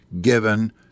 given